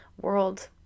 world